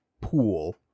pool